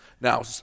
Now